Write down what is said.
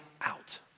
out